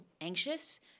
anxious